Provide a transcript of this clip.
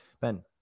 Ben